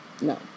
No